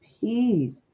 peace